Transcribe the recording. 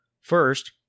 First